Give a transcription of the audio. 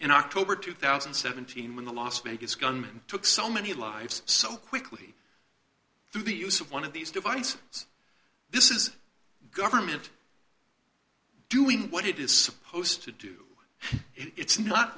in october two thousand and seventeen when the las vegas gunman took so many lives so quickly through the use of one of these devices this is government doing what it is supposed to do it's not